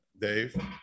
Dave